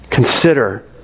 Consider